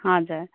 हजुर